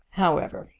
however,